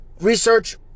research